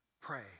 pray